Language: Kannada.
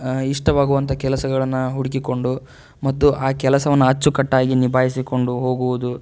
ಇಷ್ಟವಾಗುವಂಥ ಕೆಲಸಗಳನ್ನು ಹುಡುಕಿಕೊಂಡು ಮತ್ತು ಆ ಕೆಲಸವನ್ನು ಅಚ್ಚುಕಟ್ಟಾಗಿ ನಿಭಾಯಿಸಿಕೊಂಡು ಹೋಗುವುದು